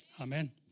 Amen